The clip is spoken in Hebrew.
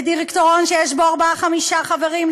בדירקטוריון שיש בו ארבעה-חמישה חברים,